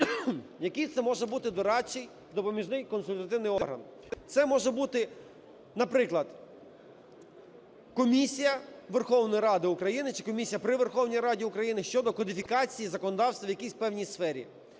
Який це може бути дорадчий, допоміжний, консультативний орган? Це може бути, наприклад, Комісія Верховної Ради України чи Комісія при Верховній Раді України щодо кодифікації законодавства в якійсь певній сфері.